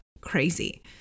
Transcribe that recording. crazy